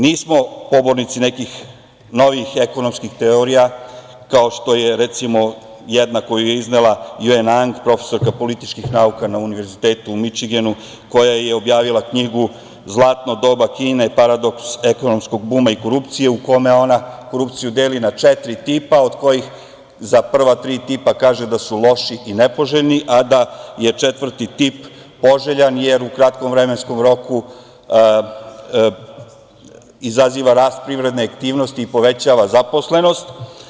Nismo pobornici nekih novijih ekonomskih teorija, kao što je, recimo, jedna koju je iznela Juen Ang, profesorka političkih nauka na Univerzitetu u Mičigenu, koja je objavila knjigu "Zlatno doba Kine, paradoks ekonomskog buma i korupcije" u kome ona korupciju deli na četiri tipa, od kojih za prva tri tipa kaže da su loši i nepoželjni, a da je četvrti tip poželjan, jer u kratkom vremenskom roku izaziva rast privredne aktivnosti i povećava zaposlenost.